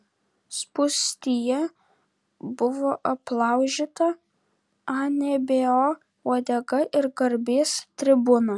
spūstyje buvo aplaužyta anbo uodega ir garbės tribūna